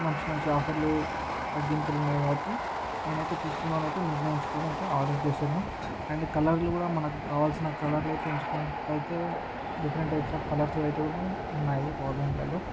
మంచి మంచి ఆఫర్లు తగ్గింపులు ఉన్నాయి కాబట్టి నేను అయితే తీసుకుందాం అయితే నిర్ణయించుకొని అయితే ఆర్డర్ చేశాను అండ్ కలర్లు కూడా మనకు కావాల్సిన కలర్ లు అయితే ఎంచుకుంటే అయితే డిఫరెంట్ టైప్స్ ఆఫ్ కలర్స్ అయితే ఉన్ ఉన్నాయి పవర్ బ్యాంక్లలో